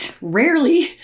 Rarely